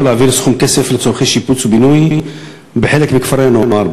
להעביר סכום כסף לצורכי שיפוץ ובינוי בחלק מכפרי-הנוער.